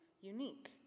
unique